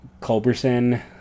Culberson